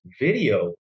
video